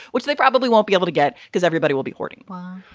which they probably won't be able to get because everybody will be hoarding well,